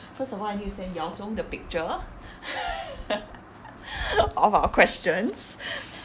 first of all I need to send yao zhong the picture of our questions